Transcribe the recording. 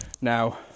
now